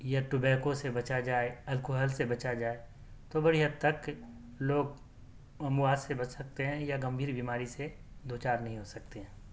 یا ٹبیکو سے بچا جائے الکوہل سے بچا جائے تو بڑی حد تک لوگ اموات سے بچ سکتے ہیں یا گمبھیر بیماری سے دو چار نہیں ہو سکتے ہیں